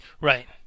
Right